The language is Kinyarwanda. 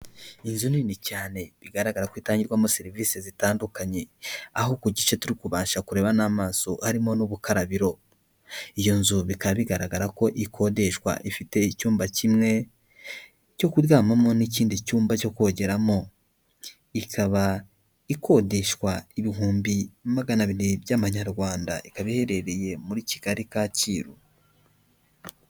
Inzu nini cyane bigaragara ko itangirwamo serivisi zitandukanye, aho ku gice turi kubasha kureba n'amaso harimo n'ubukarabiro. Iyo nzu bikaba bigaragara ko ikodeshwa ifite icyumba kimwe cyo kuryamamo n'ikindi cyumba cyo kogeramo. Ikaba ikodeshwa ibihumbi magana abiri by'amanyarwanda, ikaba iherereye muri Kigali Kacyiru.